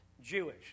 Jewish